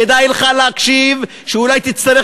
כדאי לך להקשיב כי אולי גם תצטרך